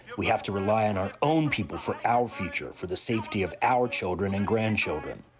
we have to rely on our own people for our future, for the safety of our children and grandchildren.